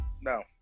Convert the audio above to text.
No